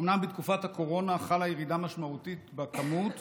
אומנם בתקופת הקורונה חלה ירידה משמעותית במספרים,